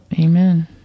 Amen